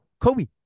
Kobe